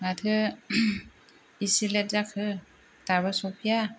माथो इसि लेट जाखो दाबो सौफैया